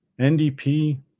NDP